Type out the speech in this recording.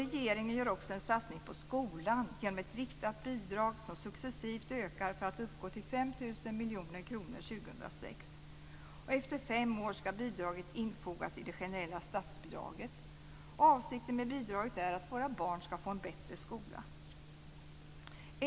Regeringen gör också en satsning på skolan genom ett riktat bidrag som successivt ökar för att uppgå till 5 000 miljoner kronor 2006. Efter fem år ska bidraget infogas i det generella statsbidraget. Avsikten med bidraget är att våra barn ska få en bättre skola.